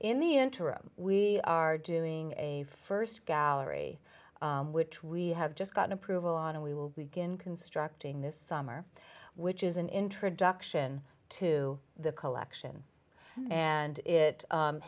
in the interim we are doing a first gallery which we have just gotten approval on and we will begin constructing this summer which is an introduction to the collection and it